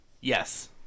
Yes